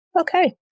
okay